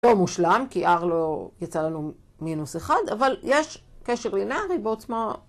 לא מושלם, כי r לא יצא לנו מינוס 1, אבל יש קשר לינארי בעוצמה